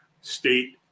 state